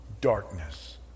darkness